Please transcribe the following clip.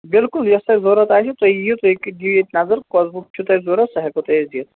بِلکُل یۅس تۅہہِ ضروٗرت آسہِ تُہۍ یِیِو تُہۍ ہیٚکِو پتہٕ دِتھ نَظر کۅس بُک چھِو تۅہہِ ضروٗرت سُہ ہیٚکِو أسۍ تۅہہِ دِتھ